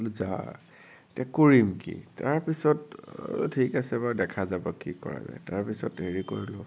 এতিয়া কৰিম কি তাৰপিছত ঠিক আছে বাৰু দেখা যাব কি কৰা যায় তাৰপিছত হেৰি কৰিলো